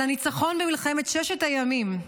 על הניצחון במלחמת ששת הימים,